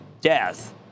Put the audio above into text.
death